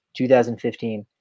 2015